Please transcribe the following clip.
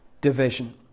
division